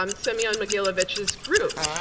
um semion mogilevich's group.